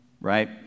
right